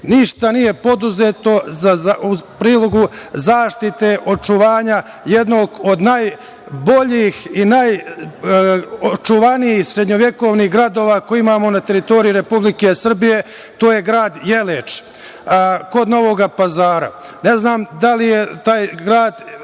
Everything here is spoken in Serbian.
ništa nije preduzeto u prilog zaštite očuvanja jednog od najboljih i najočuvanijih srednjovekovnih gradova koje imamo na teritoriji Republike Srbije, a to je grad Jeleč kod Novog Pazara. Pozivam ministra